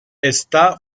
está